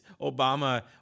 Obama